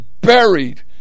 buried